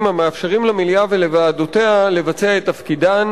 המאפשרים למליאה ולוועדותיה לבצע את תפקידן,